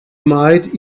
might